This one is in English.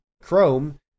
Chrome